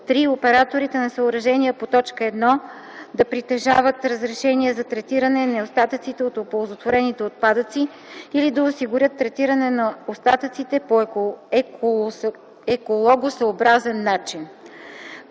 3. операторите на съоръжения по т. 1 да притежават разрешения за третиране и на остатъците от оползотворените отпадъци или да осигурят третирането на остатъците по екологосъобразен начин.